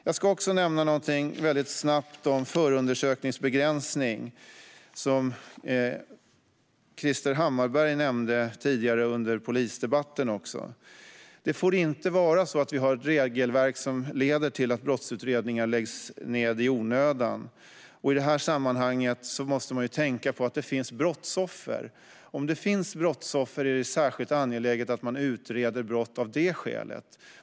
Jag ska också snabbt nämna någonting om förundersökningsbegränsning, som Krister Hammarbergh nämnde under polisdebatten. Det får inte vara så att vi har ett regelverk som leder till att brottsutredningar läggs ned i onödan. I detta sammanhang måste man tänka på att det finns brottsoffer. Om det finns brottsoffer är det särskilt angeläget att man utreder brott av det skälet.